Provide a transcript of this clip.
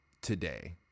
today